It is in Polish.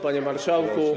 Panie Marszałku!